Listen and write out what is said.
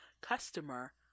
customer